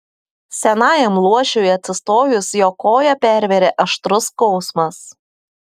senajam luošiui atsistojus jo koją pervėrė aštrus skausmas